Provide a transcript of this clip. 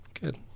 Good